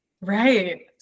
Right